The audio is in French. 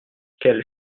quel